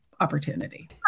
opportunity